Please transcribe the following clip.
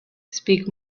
speak